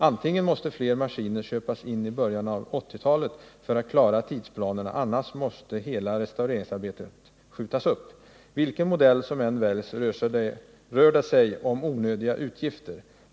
Antingen måste fler maskiner köpas in i början av 80-talet för att klara tidsplanerna annars måste hela restaureringsarbetet skjutas upp. Vilken modell som än väljs rör det sig om onödiga utgifter.